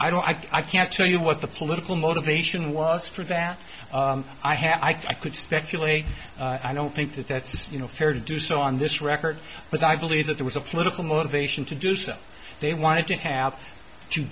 don't i can't tell you what the political motivation was for that i have i could speculate i don't think that that's just you know fair to do so on this record but i believe that there was a political motivation to do so they wanted to have to